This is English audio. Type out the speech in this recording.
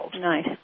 Nice